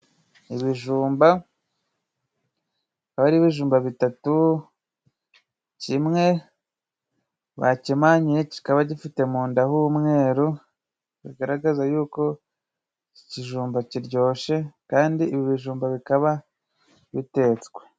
Ibijumba akaba ari ibijumba bitatu. Kimwe bakimanyuye kikaba gifite munda h'umweru bagaragaza yuko iki kijumba kiryoshye. Kandi ibi bijumba bikaba bitetswe.